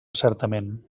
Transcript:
certament